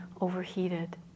overheated